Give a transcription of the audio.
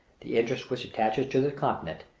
the interest which attaches to this continent,